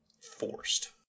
forced